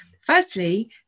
firstly